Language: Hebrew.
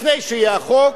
לפני שיהיה החוק,